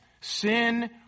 sin